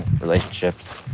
relationships